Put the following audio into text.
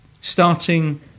starting